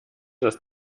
das